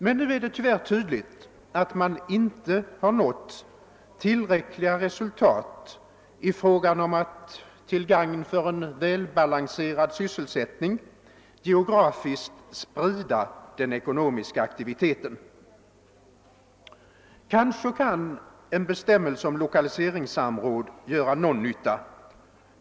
Men nu är det tyvärr tydligt att man inte har nått tillräckliga resultat i fråga om att till gagn för en välbalanserad sysselsättning geografiskt sprida den ekonomiska aktiviteten. Kanske kan en bestämmelse om lokaliseringssamråd göra någon nytta.